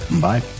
Bye